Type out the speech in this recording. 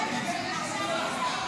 מעצרים)